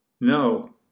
No